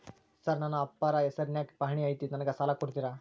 Sir ನನ್ನ ಅಪ್ಪಾರ ಹೆಸರಿನ್ಯಾಗ್ ಪಹಣಿ ಐತಿ ನನಗ ಸಾಲ ಕೊಡ್ತೇರಾ?